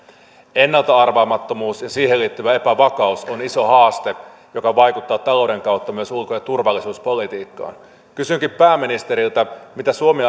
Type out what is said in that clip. ennalta arvaamattomuus ja siihen liittyvä epävakaus on iso haaste joka vaikuttaa talouden kautta myös ulko ja turvallisuuspolitiikkaan kysynkin pääministeriltä mitä suomi